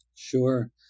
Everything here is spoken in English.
Sure